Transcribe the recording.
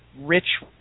rich